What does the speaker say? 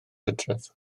hydref